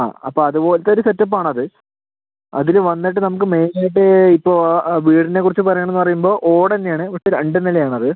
ആ അപ്പം അതുപോലത്തെയൊരു സെറ്റപ്പാണത് അതില് വന്നിട്ട് നമുക്ക് മെയിനായിട്ട് ഇപ്പോൾ ആ വീടിനെ കുറിച്ച് പറയണമെന്ന് പറയുമ്പോൾ ഓട് തന്നെയാണ് പക്ഷേ രണ്ട് നിലയാണത്